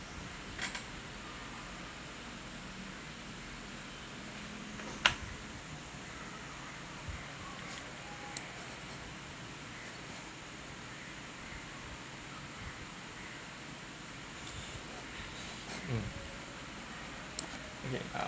mm okay uh